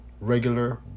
regular